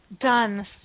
done